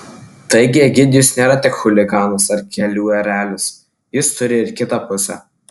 taigi egidijus nėra tik chuliganas ar kelių erelis jis turi ir kitą pusę